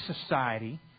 society